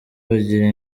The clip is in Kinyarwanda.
bagira